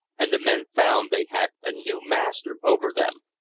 and the men found they had a new master over them.